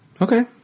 Okay